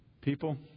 People